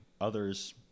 Others